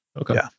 Okay